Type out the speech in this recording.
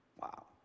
Wow